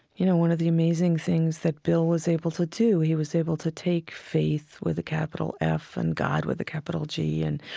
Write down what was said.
you know, one of the amazing things that bill was able to do. he was able to take faith with a capital f, and god with a capital g, and